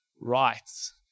rights